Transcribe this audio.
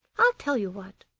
i'll tell you what!